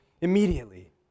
immediately